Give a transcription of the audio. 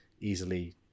easily